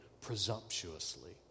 presumptuously